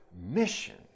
mission